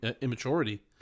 immaturity